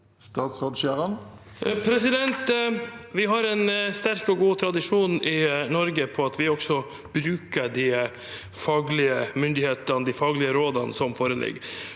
Skjæran Vi har en sterk og god tradisjon i Norge for at vi også bruker de faglige myndighetene og de faglige rådene som foreligger.